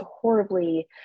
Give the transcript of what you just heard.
horribly